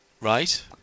Right